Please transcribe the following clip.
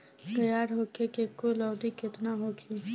तैयार होखे के कुल अवधि केतना होखे?